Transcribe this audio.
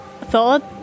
thought